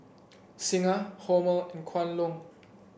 Singha Hormel and Kwan Loong